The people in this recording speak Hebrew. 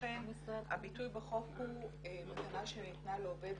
לכן הביטוי בחוק הוא מתנה שניתנה לעובד